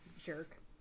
Jerk